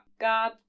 God